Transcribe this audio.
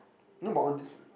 know about all these